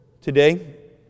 today